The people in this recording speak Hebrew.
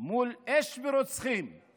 מול אש ורוצחים /